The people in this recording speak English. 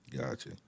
Gotcha